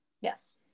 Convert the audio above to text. Yes